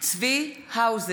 מתחייב אני צבי האוזר,